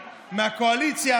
מהקואליציה,